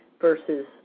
versus